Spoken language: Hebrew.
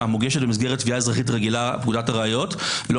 מוגשת במסגרת תביעה אזרחית רגילה פקודת הראיות לא